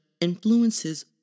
influences